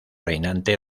reinante